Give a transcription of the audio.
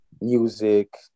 music